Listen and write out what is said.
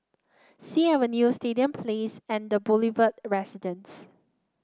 Sea Avenue Stadium Place and The Boulevard Residence